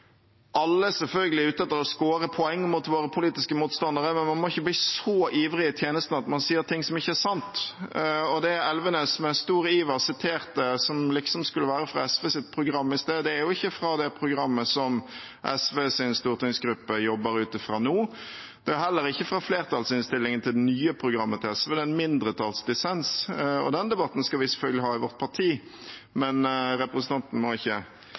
alle selvfølgelig er ute etter å skåre poeng mot våre politiske motstandere, men man må ikke bli så ivrig i tjenesten at man sier ting som ikke er sant. Det Elvenes med stor iver siterte som liksom skulle være fra SVs program, i sted, er ikke fra det programmet som SVs stortingsgruppe jobber ut fra nå. Det er heller ikke fra flertallsinnstillingen til det nye programmet til SV. Det er en mindretallsdissens. Den debatten skal vi selvfølgelig ha i vårt parti, men representanten må ikke